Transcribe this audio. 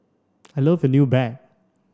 I love your new bag